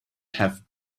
have